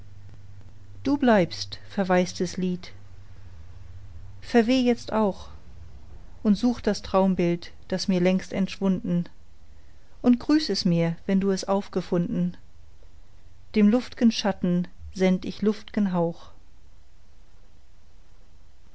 du bliebst verwaistes lied verweh jetzt auch und such das traumbild das mir längst entschwunden und grüß es mir wenn du es aufgefunden dem luftgen schatten send ich luftgen hauch